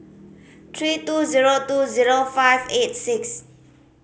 three two zero two zero five eight six